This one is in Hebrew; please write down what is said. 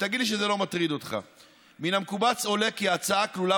ותגיד לי שזה לא מטריד אותך: "מן המקובץ עולה כי ההצעה הכלולה